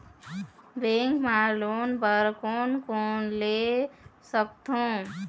Bank मा loan बर कोन कोन ले सकथों?